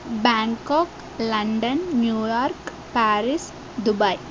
Bangkok London New York Paris Dubai